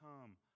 come